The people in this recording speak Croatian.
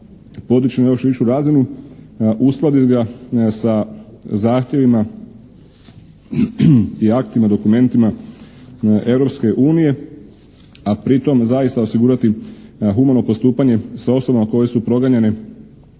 podići na još višu razinu, uskladiti ga sa zahtjevima i aktima, dokumentima Europske unije a pritom zaista osigurati humano postupanje sa osobama koje su proganjane